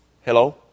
Hello